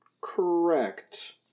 Correct